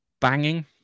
banging